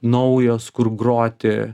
naujos kur groti